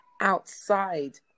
outside